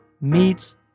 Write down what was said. meets